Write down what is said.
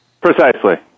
Precisely